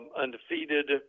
undefeated